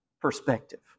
perspective